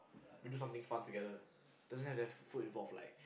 we do something fun together doesn't have that food involve like